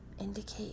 Indicate